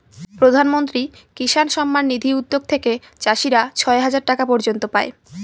প্রধান মন্ত্রী কিষান সম্মান নিধি উদ্যাগ থেকে চাষীরা ছয় হাজার টাকা পর্য়ন্ত পাই